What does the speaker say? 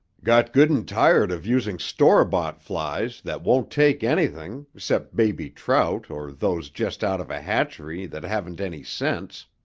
got good and tired of using store-bought flies that won't take anything cept baby trout or those just out of a hatchery that haven't any sense.